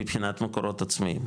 מבחינת מקורות עצמיים,